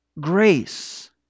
grace